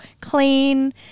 clean